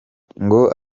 ngo